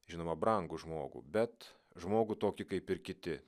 žinoma brangų žmogų bet žmogų tokį kaip ir kiti